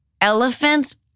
Elephants